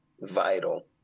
vital